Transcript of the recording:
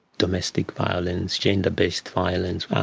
domestic violence, gender-based violence,